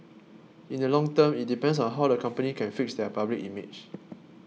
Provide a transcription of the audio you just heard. in the long term it depends on how the company can fix their public image